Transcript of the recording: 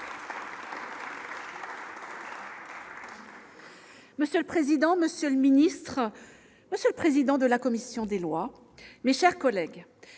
Monsieur le président, monsieur le ministre, monsieur le président de la commission des lois, madame le